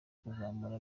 kuzamura